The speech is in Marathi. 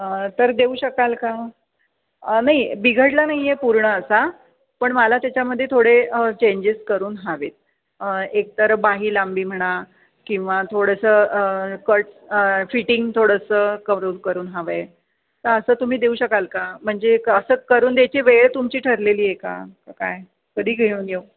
तर देऊ शकाल का नाही बिघडला नाही आहे पूर्ण असा पण मला त्याच्यामध्ये थोडे चेंजेस करून हवे आहेत एक तर बाही लांबी म्हणा किंवा थोडंसं कट फिटिंग थोडंसं करू करून हवं आहे तर असं तुम्ही देऊ शकाल का म्हणजे एक असं करून द्यायची वेळ तुमची ठरलेली आहे का का काय कधी घेऊन येऊ